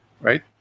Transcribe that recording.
right